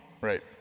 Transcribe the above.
Right